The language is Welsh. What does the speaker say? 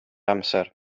amser